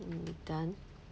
hmm done